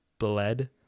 bled